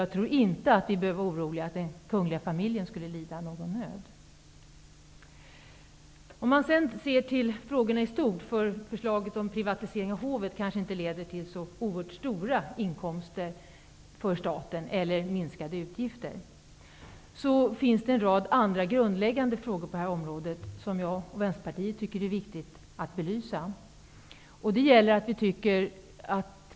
Jag tror inte att vi skulle behöva vara oroliga för att den kungliga familjen skulle lida någon nöd. Förslaget om privatisering av hovet kanske inte leder till så oerhört stora inkomster för staten eller så mycket minskade utgifter. Det finns dock en rad andra grundläggande frågor på det här området som jag och Vänsterpartiet tycker att det är viktigt att belysa.